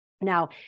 Now